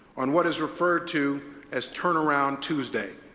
on what is referred to as turnaround tuesday.